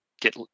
get